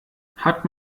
hat